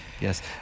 yes